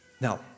Now